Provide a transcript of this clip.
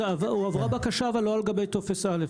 הועברה בקשה אבל לא על גבי טופס א',